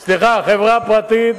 הם עובדי חברה פרטית,